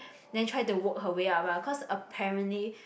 then try to work her way up ah cause apparently